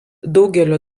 daugelio